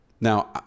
Now